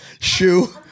Shoe